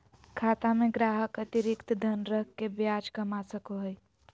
खाता में ग्राहक अतिरिक्त धन रख के ब्याज कमा सको हइ